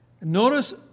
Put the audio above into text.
Notice